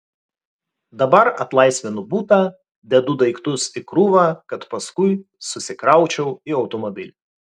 dabar atlaisvinu butą dedu daiktus į krūvą kad paskui susikraučiau į automobilį